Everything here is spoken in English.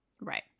right